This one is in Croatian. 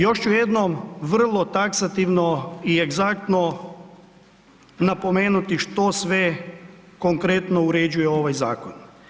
Još ću jednom vrlo taksativno i egzaktno napomenuti što sve konkretno uređuje ovaj zakon.